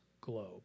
globe